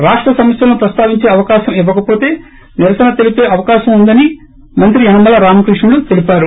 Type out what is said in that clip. రాష్ట సమస్యలను ప్రస్తావించే అవకాశం ఇవ్వకవోతే నిరసన తెలిపే అవకాశం ఉందని మంత్రి యనమల రామకృష్ణుడు తెలిపారు